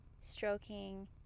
stroking